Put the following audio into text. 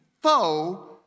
foe